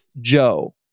Joe